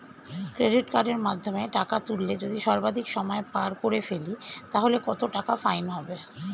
Credit কার্ডের মাধ্যমে টাকা তুললে যদি সর্বাধিক সময় পার করে ফেলি তাহলে কত টাকা ফাইন হবে?